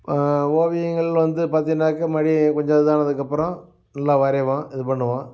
ஓவியங்கள் வந்து பார்த்திங்கன்னாக்க மறுபடி கொஞ்சம் இதானதுக்கப்பறம் நல்லா வரையுவோம் இது பண்ணுவோம்